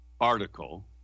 article